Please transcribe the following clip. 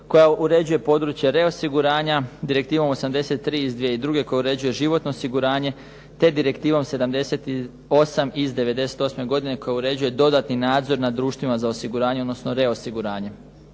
koja uređuje područje reosiguranja, Direktivom 83. iz 2002. koja uređuje životno osiguranje te Direktivom 78. iz '98. godine koja uređuje dodatni nadzor nad društvima za osiguranje, odnosno reosiguranje.